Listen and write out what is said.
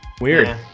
weird